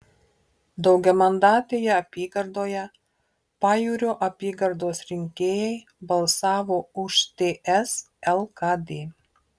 daugiamandatėje apygardoje pajūrio apygardos rinkėjai balsavo už ts lkd